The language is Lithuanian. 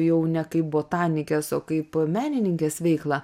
jau ne kaip botanikės o kaip menininkės veiklą